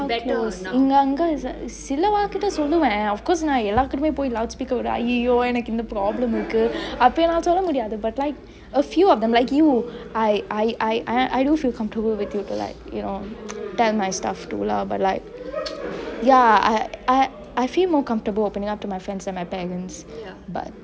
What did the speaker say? depends on how close இங்க அங்க சிலவா கிட்ட சொல்லுவெ:ingge angge silevaa kitte solluve of course நா எல்லார் கிட்டையுமே போய்:naa ellar kittaiyume poi loudspeaker ரொட:rode !aiyoyo! எனக்கு இந்த:enaku inthe problem இருக்கு அப்டியா சொல்ல முடியாது:iruku appdiyaa solle mudiyu but like a few of them like you I do do do feel comfortable with you to like you know tell my stuff to lah but I I feel more comfortable opening up to my friends than my parents but